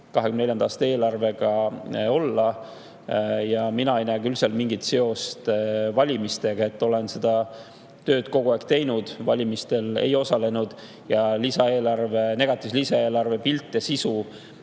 2024. aasta eelarvega olla. Mina ei näe seal küll mingit seost valimistega. Olen seda tööd kogu aeg teinud, valimistel ei osalenud. Ja negatiivse lisaeelarve pilt ja sisu